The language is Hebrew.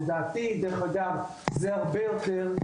לדעתי, זה הרבה יותר.